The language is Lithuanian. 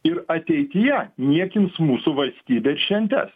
ir ateityje niekins mūsų valstybės šventes